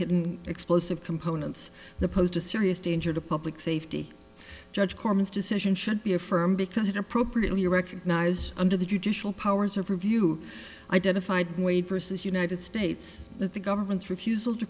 hidden explosive components the posed a serious danger to public safety judge corman's decision should be affirmed because it appropriately recognized under the judicial powers of review identified wade versus united states that the government's refusal to